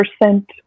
percent